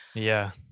yeah.